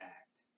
act